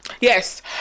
yes